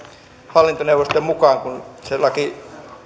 hallintoneuvostoon mukaan kun se laki